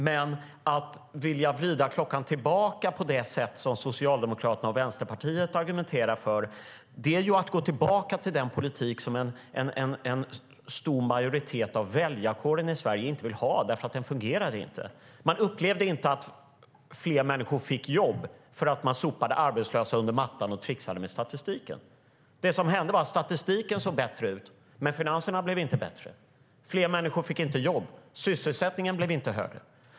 Men att vilja vrida klockan tillbaka på det sätt som Socialdemokraterna och Vänsterpartiet argumenterar för är ju att gå tillbaka till den politik som en stor majoritet av väljarkåren i Sverige inte vill ha därför att den inte fungerar. Väljarna upplevde inte att fler människor fick jobb för att man sopade arbetslösa under mattan och tricksade med statistiken. Det som hände var att statistiken såg bättre ut, men finanserna blev inte bättre. Fler människor fick inte jobb. Sysselsättningen blev inte högre.